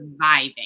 surviving